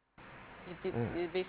mm